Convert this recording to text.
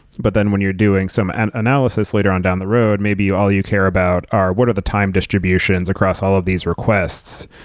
but then when you're doing some and analysis later on down the road, maybe all you care about are what are the time distributions across all of these requests?